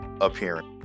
appearance